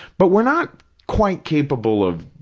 but we're not quite capable of,